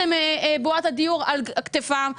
שבועת הדיור נמצאת על כתפם.